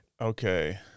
Okay